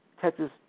Texas